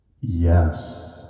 Yes